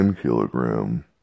kilogram